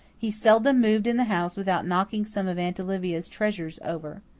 he seldom moved in the house without knocking some of aunt olivia's treasures over.